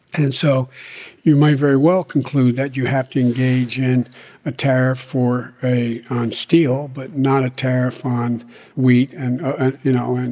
and so you might very well conclude that you have to engage in a tariff for a on steel but not a tariff on wheat and ah you know, and